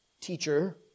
Teacher